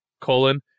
colon